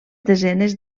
desenes